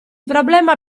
problema